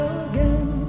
again